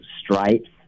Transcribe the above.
Stripes